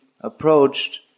approached